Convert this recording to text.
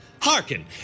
Hearken